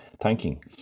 thanking